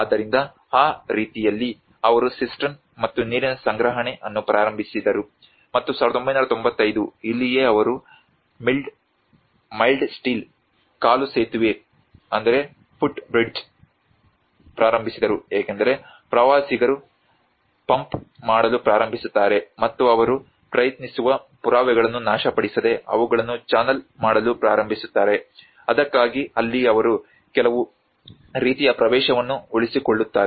ಆದ್ದರಿಂದ ಆ ರೀತಿಯಲ್ಲಿ ಅವರು ಸಿಸ್ಟರ್ನ್ ಮತ್ತು ನೀರಿನ ಸಂಗ್ರಹಣೆ ಅನ್ನು ಪ್ರಾರಂಭಿಸಿದರು ಮತ್ತು 1995 ಇಲ್ಲಿಯೇ ಅವರು ಮಿಲ್ಡ್ ಸ್ಟೀಲ್ ಕಾಲು ಸೇತುವೆ ಪ್ರಾರಂಭಿಸಿದರು ಏಕೆಂದರೆ ಪ್ರವಾಸಿಗರು ಪಂಪ್ ಮಾಡಲು ಪ್ರಾರಂಭಿಸುತ್ತಾರೆ ಮತ್ತು ಅವರು ಪ್ರಯತ್ನಿಸುವ ಪುರಾವೆಗಳನ್ನು ನಾಶಪಡಿಸದೆ ಅವುಗಳನ್ನು ಚಾನಲ್ ಮಾಡಲು ಪ್ರಾರಂಭಿಸುತ್ತಾರೆ ಅದಕ್ಕಾಗಿ ಅಲ್ಲಿ ಅವರು ಕೆಲವು ರೀತಿಯ ಪ್ರವೇಶವನ್ನು ಉಳಿಸಿಕೊಳ್ಳುತ್ತಾರೆ